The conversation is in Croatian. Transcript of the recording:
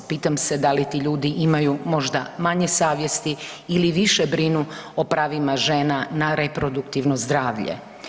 Pitam se da li ti ljudi imaju možda manje savjesti ili više brinu o pravima žena na reproduktivno zdravlje.